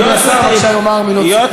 בבקשה, כבוד השר מתבקש לומר מילות סיכום.